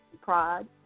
pride